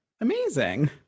Amazing